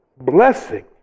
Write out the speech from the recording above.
blessing